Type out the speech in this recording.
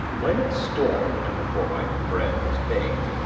when it stormed before my bread was baked,